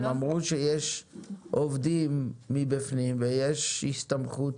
הם אומרים שיש עובדים מבפנים ויש הסתמכות